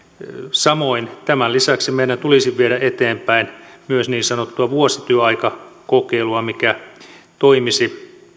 samoin tämän lisäksi meidän tulisi viedä eteenpäin myös niin sanottua vuosityöaikakokeilua mikä toimisi